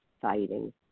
fighting